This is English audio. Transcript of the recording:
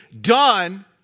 done